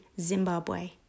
Zimbabwe